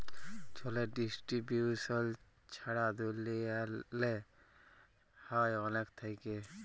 জলের ডিস্টিরিবিউশল ছারা দুলিয়াল্লে হ্যয় অলেক থ্যাইকে